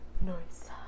Nice